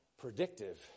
Predictive